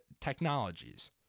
technologies